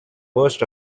worst